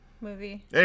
movie